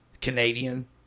Canadian